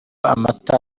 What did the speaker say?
amata